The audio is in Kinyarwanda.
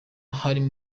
harimo